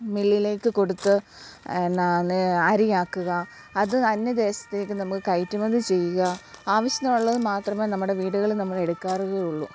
മില്ലിലേക്ക് കൊടുത്ത് എന്നാ അരിയാക്കുക അത് അന്യദേശത്തേക്ക് നമ്മൾക്ക് കയറ്റുമതി ചെയ്യുക ആവശ്യത്തിനുള്ളത് മാത്രമേ നമ്മുടെ വീടുകളിൽ നമ്മളെടുക്കാറുകയുളളൂ